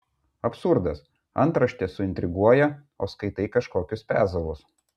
absurdas antraštė suintriguoja o skaitai kažkokius pezalus